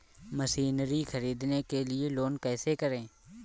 Machinery ख़रीदने के लिए लोन कैसे करें?